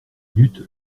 minutes